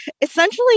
Essentially